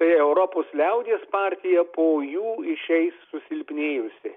tai europos liaudies partija po jų išeis susilpnėjusi